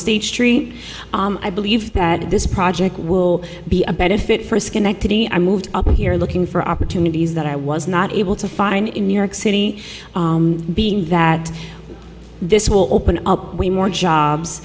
state street i believe that this project will be a benefit for schenectady i moved up here looking for opportunities that i was not able to find in new york city being that this will open up way more jobs